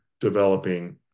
developing